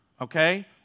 Okay